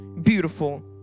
beautiful